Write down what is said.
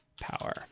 power